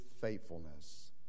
faithfulness